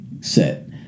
set